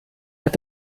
hat